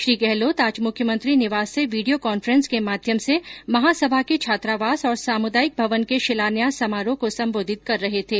श्री गहलोत आज मुख्यमंत्री निवास से वीडियो कांफ़ेन्स के माध्यम से महासभा के छात्रावास और सामुदायिक भवन के शिलान्यास समारोह को संबोधित कर रहे थे